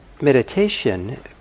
meditation